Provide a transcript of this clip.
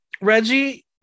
Reggie